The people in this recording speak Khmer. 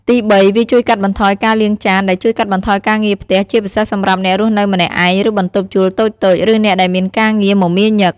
ទីបី វាជួយកាត់បន្ថយការលាងចាន ដែលជួយកាត់បន្ថយការងារផ្ទះ ជាពិសេសសម្រាប់អ្នករស់នៅម្នាក់ឯង ឬបន្ទប់ជួលតូចៗ ឬអ្នកដែលមានការងារមមាញឹក។